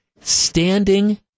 standing